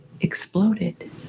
exploded